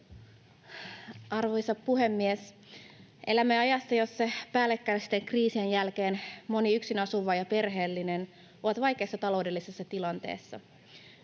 Arvoisa puhemies! Elämme ajassa, jossa päällekkäisten kriisien jälkeen moni yksin asuva ja perheellinen on vaikeassa taloudellisessa tilanteessa